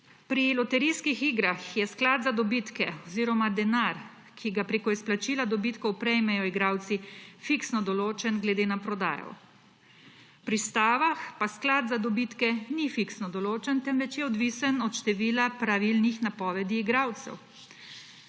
Pri loterijskih igrah je sklad za dobitke oziroma denar, ki ga prek izplačila dobitkov prejmejo igralci, fiksno določen glede na prodajo. Pri stavah pa sklad za dobitke ni fiksno določen, temveč je odvisen od števila pravilnih napovedi igralcev.